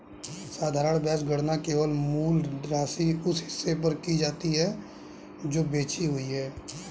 साधारण ब्याज गणना केवल मूल राशि, उस हिस्से पर की जाती है जो बची हुई है